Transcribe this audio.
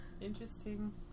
interesting